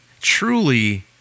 truly